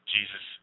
Jesus